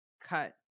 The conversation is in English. cut